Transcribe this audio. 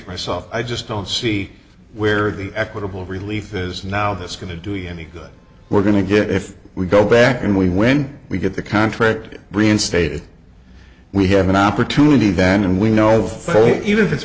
for myself i just don't see where the equitable relief is now that's going to do any good we're going to get if we go back and we when we get the contract reinstated we have an opportunity then and we know of even if it's